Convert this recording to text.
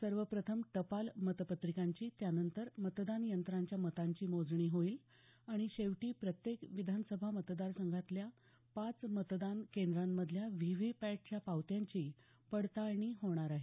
सर्वप्रथम टपाल मतपत्रिकांची त्यानंतर मतदानयंत्रांच्या मतांची मोजणी होईल आणि शेवटी प्रत्येक विधानसभा मतदारसंघातल्या पाच मतदान केंद्रांमधल्या व्हीव्हीपॅटच्या पावत्यांची पडताळणी होणार आहे